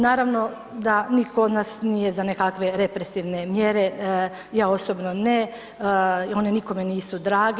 Naravno da nitko od nas nije za nekakve represivne mjere, ja osobno ne, one nikome nisu drage.